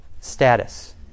status